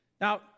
Now